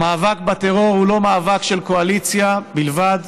המאבק בטרור הוא לא מאבק של קואליציה בלבד,